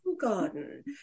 garden